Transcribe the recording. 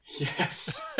yes